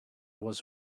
was